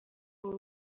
wowe